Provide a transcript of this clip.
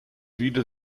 wieder